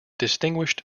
distinguished